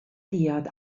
diod